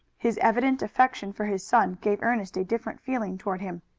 his evident affection for his son gave ernest a different feeling toward him.